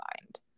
mind